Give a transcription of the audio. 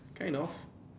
kind of